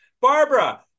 Barbara